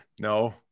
no